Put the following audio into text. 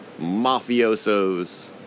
mafiosos